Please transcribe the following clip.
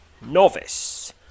Novice